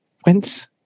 whence